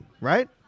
right